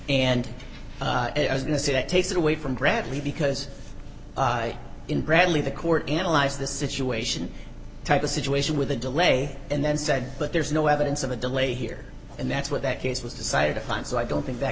and i was going to say that takes it away from bradley because in bradley the court analyzed the situation type of situation with a delay and then said but there's no evidence of a delay here and that's what that case was decided upon so i don't think that